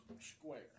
square